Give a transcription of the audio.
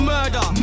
Murder